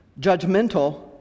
judgmental